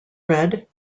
red